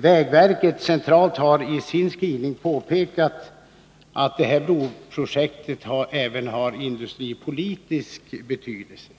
Vägverket centralt har i sin skrivning påpekat att det här broprojektet även har industripolitisk betydelse,